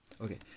okay